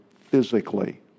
physically